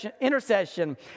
intercession